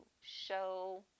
show